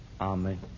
Amen